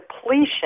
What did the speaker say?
depletion